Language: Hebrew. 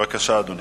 בבקשה, אדוני.